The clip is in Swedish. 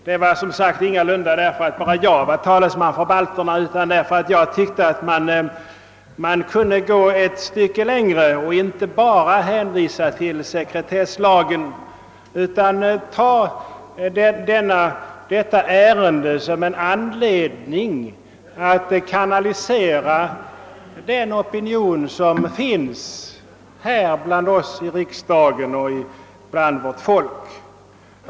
Det var, som sagt, ingalunda därför att bara jag var talesman för balterna; det var därför att jag tyckte att man kunde gå något längre och inte bara hänvisa till sekretesslagen, utan ta detta ärende som en anledning att kanalisera den opinion som finns bland oss i riksdagen och hos vårt folk.